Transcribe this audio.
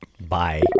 Bye